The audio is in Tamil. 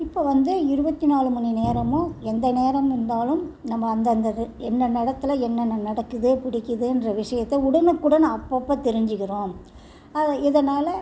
இப்போ வந்து இருபத்தி நாலு மணி நேரமும் எந்த நேரமும் இருந்தாலும் நம்ம அந்தந்த என்னென்ன இடத்துல என்னென்ன நடக்குது பிடிக்கிதுன்ற விஷயத்தை உடனுக்குடன் அப்பப்போ தெரிஞ்சுக்கிறோம் அது இதனால்